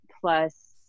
plus